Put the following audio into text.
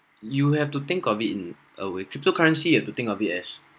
you have to think of it in a way cryptocurrency you have to think of it as